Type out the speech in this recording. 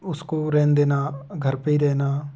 उसको रहन देना घर पर ही रहना